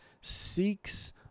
seeks